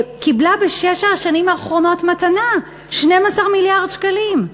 קיבלה בשש השנים האחרונות מתנה, 12 מיליארד שקלים,